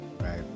right